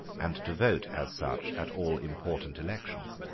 and to vote as such at all important elections.